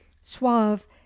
suave